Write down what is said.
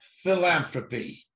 Philanthropy